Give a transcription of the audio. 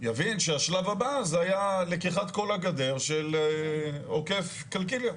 יבין שהשלב הבא זה היה לקיחת כל הגדר של עוקף קלקיליה.